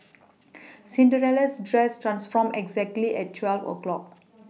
Cinderella's dress transformed exactly at twelve o' clock